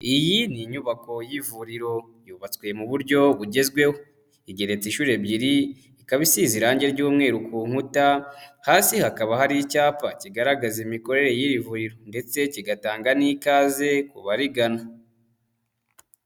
Iyi ni inyubako y'ivuriro yubatswe mu buryo bugezweho, igeretse inshuro ebyiri ikaba isize irange ry'umweru ku nkuta, hasi hakaba hari icyapa kigaragaza imikorere y'iri vuriro ndetse kigatanga n'ikaze ku barigana.